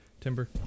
Timber